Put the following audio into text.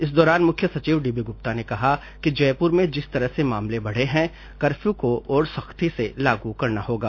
इस दौरान मुख्य सचिव डीबी ग्रुप्ता ने कहा कि जयपुर में जिस तरह से मामले बढ़े हैं कपर्यू को और सख्ती से लागू करना होगा